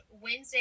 Wednesday